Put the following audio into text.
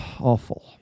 awful